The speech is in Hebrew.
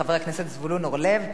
חבר הכנסת זבולון אורלב,